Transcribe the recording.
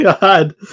god